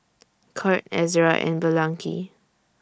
Kurt Ezra and Blanchie